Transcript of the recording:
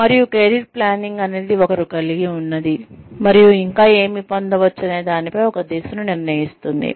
మరియు career planning అనేది ఒకరు కలిగి ఉన్నదీ మరియు ఇంకా ఏమి పొందవచ్చనే దానిపై ఒక దిశను నిర్ణయిస్తుంది